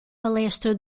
palestra